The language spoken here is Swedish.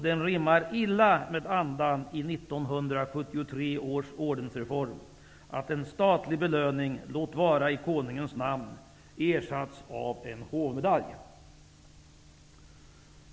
Det rimmar illa med andan i 1973 års ordensreform att en statlig belöning, låt vara i Konungens namn, ersatts av en hovmedalj.